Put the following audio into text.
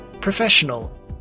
professional